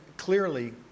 Clearly